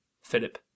Philip